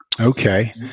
Okay